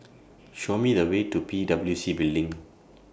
Show Me The Way to P W C Building